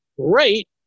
great